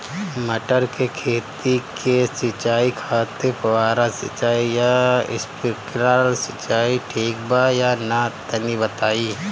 मटर के खेती के सिचाई खातिर फुहारा सिंचाई या स्प्रिंकलर सिंचाई ठीक बा या ना तनि बताई?